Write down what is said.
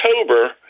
October